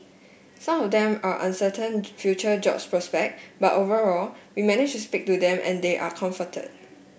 some of them are uncertain future job prospect but overall we managed to speak to them and they are comforted